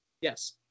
Yes